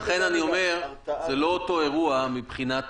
לכן אני אומר שזה לא אותו אירוע גם מבחינת